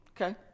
Okay